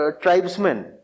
tribesmen